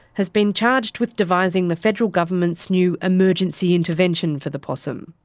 has been charged with devising the federal government's new emergency intervention for the possum.